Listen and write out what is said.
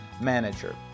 Manager